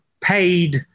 paid